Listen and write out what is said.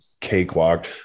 cakewalk